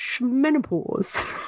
menopause